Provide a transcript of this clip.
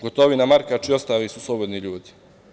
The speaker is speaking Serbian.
Gotovina, Markač i ostali su slobodni ljudi.